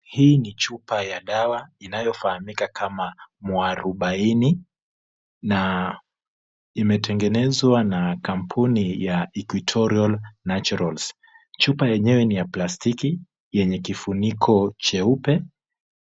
Hii ni chupa ya dawa inayofahamika kama mwarubaini na imetengenezwa na kampuni ya Equtorial naturals. Chupa yenyewe ni ya plastiki yenye kifuniko cheupe